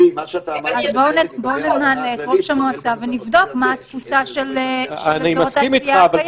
אז בואו נעלה את ראש המועצה ונבדוק מה התפיסה של אזור התעשייה הקיים.